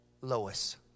Lois